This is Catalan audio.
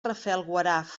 rafelguaraf